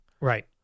Right